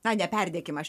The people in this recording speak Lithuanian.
na neperdėkim aš